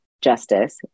justice